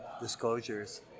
disclosures